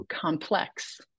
complex